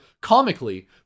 comically